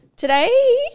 Today